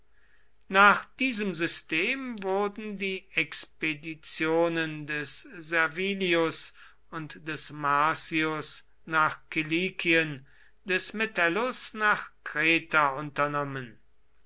nach diesem system wurden die expeditionen des servilius und des marcius nach kilikien des metellus nach kreta unternommen